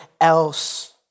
else